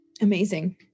Amazing